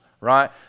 right